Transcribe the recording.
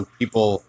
people